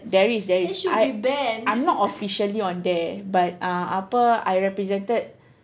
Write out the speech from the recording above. there is there is I I'm not officially on there but uh apa I represented